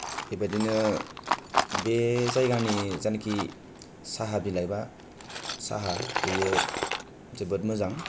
बेबायदिनो बे जायगानि जानिखि साहा बिलायबा साहा बेयो जोबोद मोजां